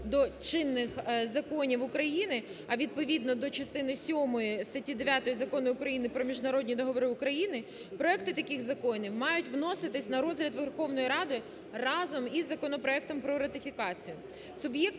змін до чинних законів України, а відповідно до частини сьомої статті 9 Закону України про Міжнародні договори України, проекти таких законів мають вноситися на розгляд Верховної Ради разом із законопроектом про ратифікацію.